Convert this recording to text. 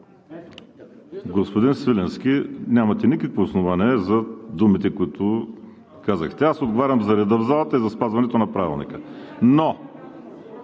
Господин Свиленски, нямате никакво основание за думите, които казахте. Аз отговарям за реда в залата и за спазването на Правилника. Но